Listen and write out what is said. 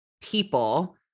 people